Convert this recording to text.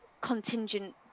contingent